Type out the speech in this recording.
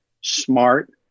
smart